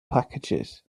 packages